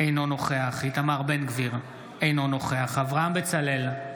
אינו נוכח איתמר בן גביר, אינו נוכח אברהם בצלאל,